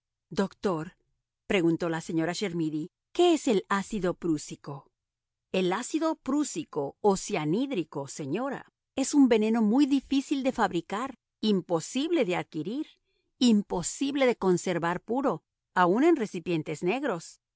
natural doctor preguntó la señora chermidy qué es el ácido prúsico el ácido prúsico o cianhídrico señora es un veneno muy difícil de fabricar imposible de adquirir imposible de conservar puro aun en recipientes negros